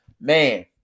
Man